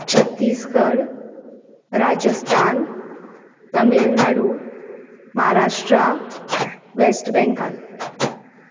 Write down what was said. Chhattisgarh Rajasthan Tamil Nadu Maharashtra West Bengal